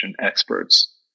experts